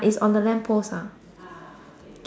is on the lamp post ah